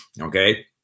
Okay